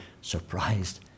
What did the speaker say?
surprised